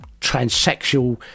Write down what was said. transsexual